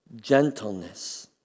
gentleness